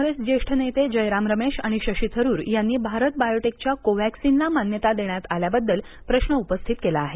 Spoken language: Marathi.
काँग्रेस ज्येष्ठ नेते जयराम रमेश आणि शशी थरूर यांनी भारत बायोटेकच्या कोव्हॅक्सिनला मान्यता देण्यात आल्याबद्दल प्रश्न उपस्थित केला आहे